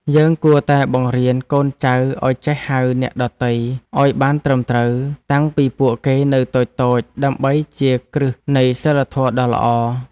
យើងគួរតែបង្រៀនកូនចៅឱ្យចេះហៅអ្នកដទៃឱ្យបានត្រឹមត្រូវតាំងពីពួកគេនៅតូចៗដើម្បីជាគ្រឹះនៃសីលធម៌ដ៏ល្អ។